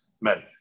men